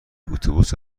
اتوبوس